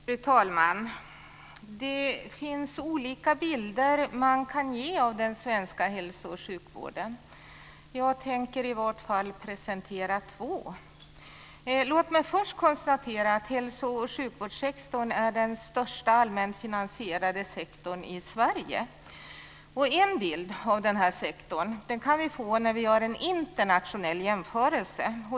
Fru talman! Man kan ge olika bilder av den svenska hälso och sjukvården. Jag tänker i vart fall presentera två. Låt mig först konstatera att hälso och sjukvårdssektorn är den största allmänfinansierade sektorn i Sverige. En bild av sektorn kan vi få när vi gör en internationell jämförelse.